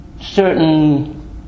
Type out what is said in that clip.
certain